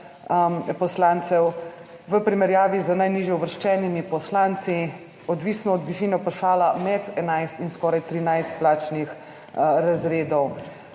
poslancev, v primerjavi z najnižje uvrščenimi poslanci, odvisno od višine pavšala, med 11 in skoraj 13 plačnih razredov.